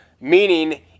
meaning